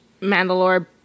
Mandalore